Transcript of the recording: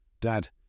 Dad